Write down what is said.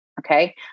okay